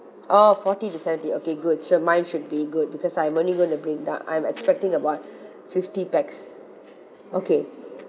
oh forty to seventy okay good so mine should be good because I'm only going to bring the I'm expecting about fifty pax okay